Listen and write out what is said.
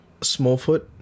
Smallfoot